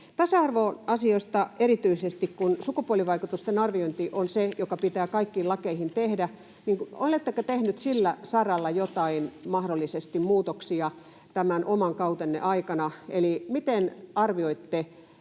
Tasa-arvoasioista erityisesti se, kun sukupuolivaikutusten arviointi on se, mikä pitää kaikkiin lakeihin tehdä. Oletteko tehnyt sillä saralla mahdollisesti joitain muutoksia tämän oman kautenne aikana? Eli miten arvioitte